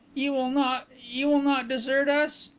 you will not you will not desert us?